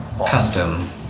Custom